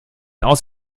aus